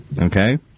Okay